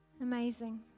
Amazing